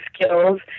skills